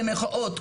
במירכאות,